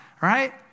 right